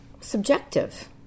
subjective